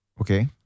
Okay